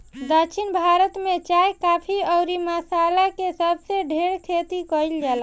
दक्षिण भारत में चाय, काफी अउरी मसाला के सबसे ढेर खेती कईल जाला